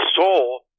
soul